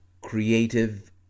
creative